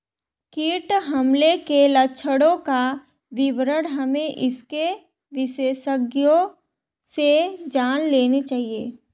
कीट हमले के लक्षणों का विवरण हमें इसके विशेषज्ञों से जान लेनी चाहिए